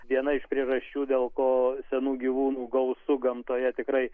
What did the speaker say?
viena iš priežasčių dėl ko senų gyvūnų gausu gamtoje tikrai